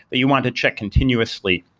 but you want to check continuously.